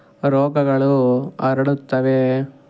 ರೋಗಗಳು ಹರಡುತ್ತವೆ